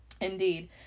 indeed